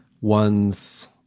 one's